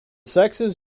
sexes